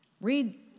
read